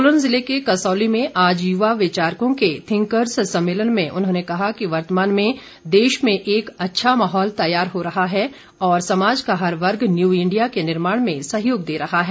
सोलन ज़िले के कसौली में आज युवा विचारकों के थिंकर्स सम्मेलन में उन्होंने कहा कि वर्तमान में देश में एक अच्छा माहौल तैयार हो रहा है और समाज का हर वर्ग न्यू इंडिया के निर्माण में सहयोग दे रहा है